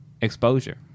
exposure